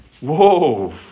whoa